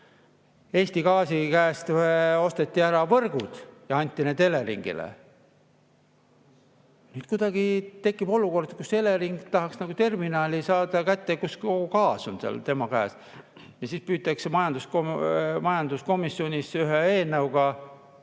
Eesti Gaasi käest osteti ära võrgud ja anti need Eleringile. Nii et kuidagi tekib olukord, kus Elering tahaks nagu saada kätte terminali, kus kogu gaas on tema käes. Ja siis püütakse majanduskomisjonis ühe eelnõuga